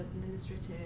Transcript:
administrative